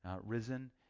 risen